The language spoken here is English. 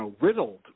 riddled